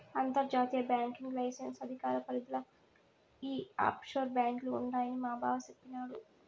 అంతర్జాతీయ banking licence అధికార పరిదిల ఈ ఆప్షోర్ బాంకీలు ఉండాయని మాబావ సెప్పిన్నాడు